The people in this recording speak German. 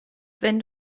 wenn